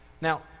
Now